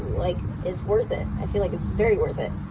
like, it's worth it, i feel like it's very worth it,